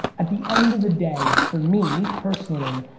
at the end of the day, for me personally,